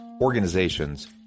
organizations